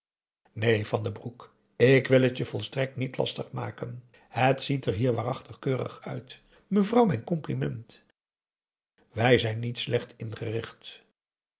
neen van den broek ik wil het je volstrekt niet lastig maken het ziet er hier waarachtig keurig uit mevrouw mijn compliment wij zijn niet slecht ingericht